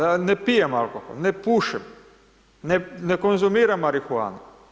Ja ne pijem alkohol, ne pušim, ne konzumiram marihuanu.